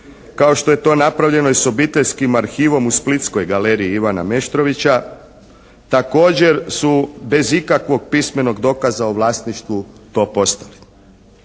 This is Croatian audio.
kao što je to napravljeno i s obiteljskim arhivom u splitskoj galeriji Ivana Meštrovića, također su bez ikakvog pismenog dokaza o vlasništvu to postali.